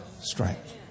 strength